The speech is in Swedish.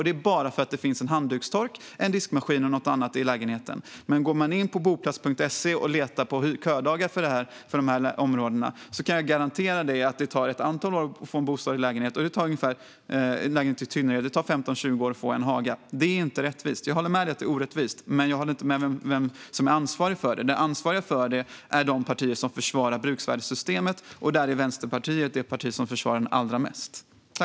Det beror bara på att det finns handdukstork, diskmaskin och något annat i lägenheten. Men om du går in på boplats.se och letar på ködagar för lägenheterna i de områdena kan jag garantera att du ser att det tar ett antal år att få en lägenhet i Tynnered medan det tar 15-20 år att få en i Haga. Det är inte rättvist. Jag håller med om att det är orättvist. Men jag håller inte med om vem som är ansvarig för det. De ansvariga är de partier som försvarar bruksvärdessystemet. Och Vänsterpartiet är det parti som försvarar det allra mest.